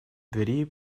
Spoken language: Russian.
двери